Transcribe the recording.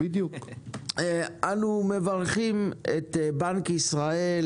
אנו מברכים את בנק ישראל,